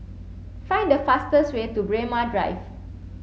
find the fastest way to Braemar Drive